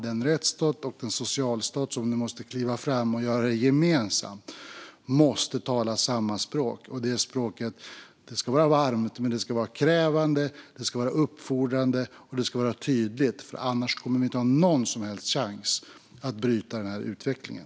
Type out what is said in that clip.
Den rättsstat och den socialstat som nu måste kliva fram måste göra det gemensamt och tala samma språk. Det språket ska vara varmt men också krävande, uppfordrande och tydligt. Annars kommer vi inte ha någon som helst chans att bryta den här utvecklingen.